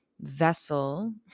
vessel